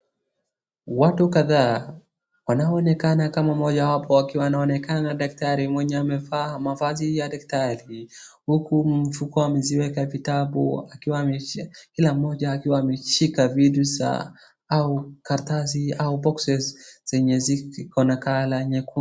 Watu kadhaa wanaonekana kama mojawapo akiwa anonekana daktari mwenye amevaa mavazi ya daktari huku mifuko wameziweka vitabu kila mkoja akiwa ameshika vitu za au karatsi au boxes zenye ziko na colur nyekundu.